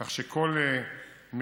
כך שכל המרכזים,